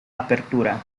apertura